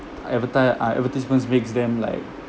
adverti~ uh advertisements makes them like